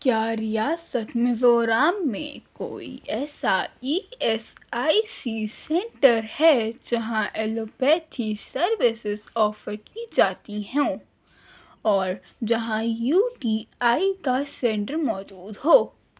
کیا ریاست میزورم میں کوئی ایسا E S I C centre ہے جہاں ایلوپیتھی سروسز آفر کی جاتی ہوں اور جہاں یو ٹی آئی کا سینٹر موجود ہو